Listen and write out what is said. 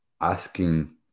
asking